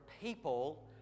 people